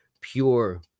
pure